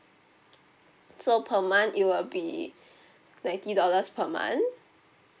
so per month it will be ninety dollars per month